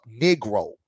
Negro